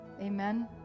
amen